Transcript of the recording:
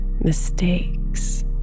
mistakes